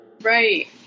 Right